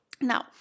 Now